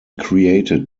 created